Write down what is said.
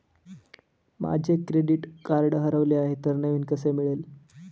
माझे credit card हरवले आहे तर नवीन कसे मिळेल?